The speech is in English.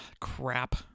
crap